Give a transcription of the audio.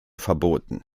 verboten